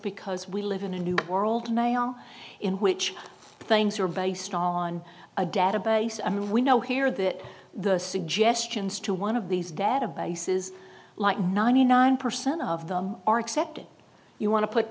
because we live in a new world and they are in which things are based on a database and we know here that the suggestions to one of these databases like ninety nine percent of them are accepted you want to put